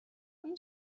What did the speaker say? این